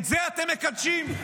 את זה אתם מקדשים,